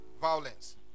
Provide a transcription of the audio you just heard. Violence